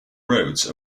roads